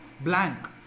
blank